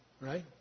Right